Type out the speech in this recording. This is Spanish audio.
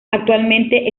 actualmente